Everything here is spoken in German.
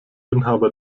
inhaber